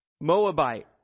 Moabite